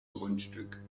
grundstück